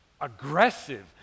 aggressive